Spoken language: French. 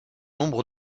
nombre